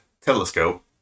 Telescope